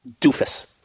Doofus